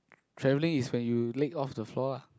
traveling is when you leg off the floor lah